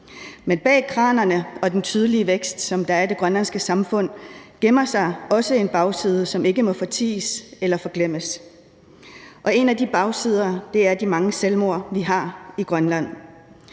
men bag kranerne og den tydelige vækst, som der er i det grønlandske samfund, gemmer sig også en bagside, som ikke må forties eller forglemmes, og en af de bagsider er de mange selvmord, vi har i Grønland.